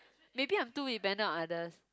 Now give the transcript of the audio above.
maybe I'm too dependent on others